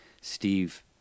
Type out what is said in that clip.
steve